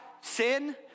sin